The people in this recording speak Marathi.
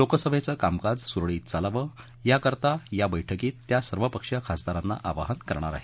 लोकसभेचं कामकाज सुरळीत चालावं याकरता या बैठकीत सर्व पक्षीय खासदारांना आवाहन करणार आहेत